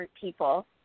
people